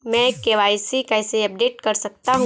मैं के.वाई.सी कैसे अपडेट कर सकता हूं?